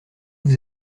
vous